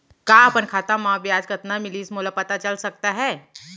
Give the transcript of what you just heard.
का अपन खाता म ब्याज कतना मिलिस मोला पता चल सकता है?